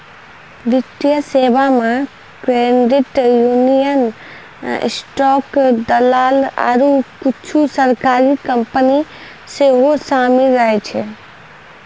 वित्तीय सेबा मे क्रेडिट यूनियन, स्टॉक दलाल आरु कुछु सरकारी कंपनी सेहो शामिल रहै छै